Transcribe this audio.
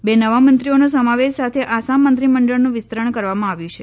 બે નવા મંત્રીઓના સમાવેશ સાથે આસામ મંત્રી મંડળનું વીસ્તરણ કરવામાં આવ્યું છે